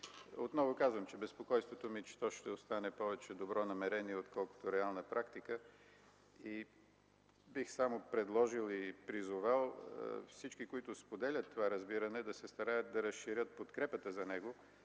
Отново казвам, че безпокойството ми е, че то ще остане повече добро намерение, отколкото реална практика. И само бих предложил и призовал всички, които споделят това разбиране, да се стараят да разширят подкрепата за него.